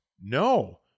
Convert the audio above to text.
No